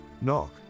knock